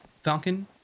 Falcon